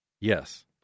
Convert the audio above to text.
Yes